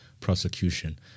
prosecution